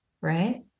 right